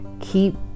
keep